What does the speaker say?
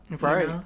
Right